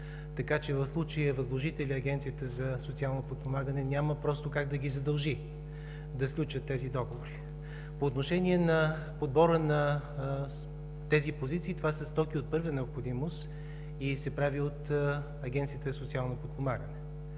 Така че в случая възложителят – Агенцията за социално подпомагане, няма как да ги задължи да сключат тези договори. По отношение на подбора на тези позиции. Това са стоки от първа необходимост и се прави от Агенцията за социално подпомагане.